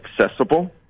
accessible